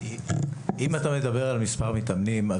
אם אתה מדבר על מספר מתאמנים,